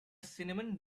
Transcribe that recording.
cinnamon